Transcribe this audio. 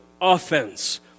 offense